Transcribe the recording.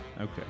Okay